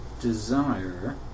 desire